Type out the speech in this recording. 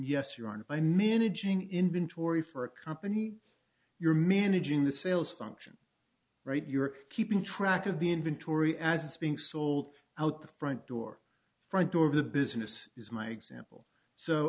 aren't by managing inventory for a company you're managing the sales function right you're keeping track of the inventory as it's being sold out the front door front door of the business is my example so